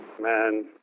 man